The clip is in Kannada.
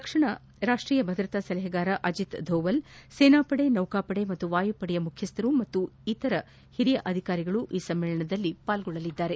ರಾಷ್ಷೀಯ ಭದ್ರತಾ ಸಲಹೆಗಾರ ಅಜಿತ್ ದೋವಲ್ ಸೇನಾಪಡೆ ನೌಕಾಪಡೆ ಮತ್ತು ವಾಯುಪಡೆಯ ಮುಖ್ಯಸ್ಥರು ಹಾಗೂ ಇತರ ಹಿರಿಯ ಅಧಿಕಾರಿಗಳು ಈ ಸಮ್ಮೇಳದನಲ್ಲಿ ಭಾಗವಹಿಸಲಿದ್ದಾರೆ